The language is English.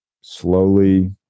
slowly